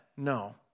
No